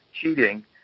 cheating